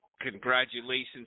congratulations